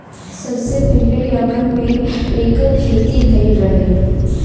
सबसे पहिले यमन में एकर खेती भइल रहे